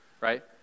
right